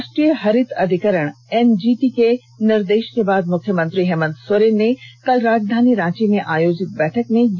राष्ट्रीय हरित अधिकरण एनजीटी के निर्देष के बाद मुख्यमंत्री हेमंत सोरेन ने कल राजधानी रांची में आयोजित बैठक में यह आदेष जारी किया